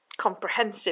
comprehensive